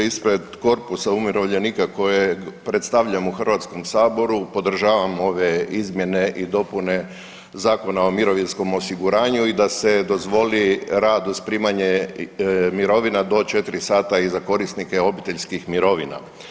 Ispred korpusa umirovljenika koje predstavljam u HS-u podržavam ove izmjene i dopune Zakona o mirovinskom osiguranju i da se dozvoli rad uz primanje mirovina do četiri sata i za korisnike obiteljskih mirovina.